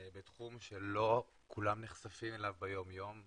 בתחום שלא כולם נחשפים אליו ביום-יום,